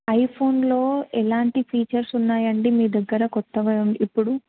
ఐఫోన్లో ఎలాంటి ఫీచర్స్ ఉన్నాయండి మీ దగ్గర కొత్తవి ఇప్పుడు